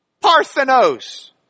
Parthenos